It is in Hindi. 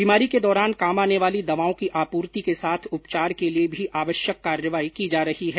बीमारी के दौरान काम आने वाली दवाओं की आपूर्ति के साथ उपचार के लिए भी आवश्यक कार्रवाई की जा रही है